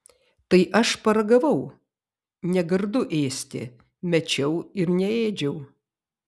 tai aš paragavau negardu ėsti mečiau ir neėdžiau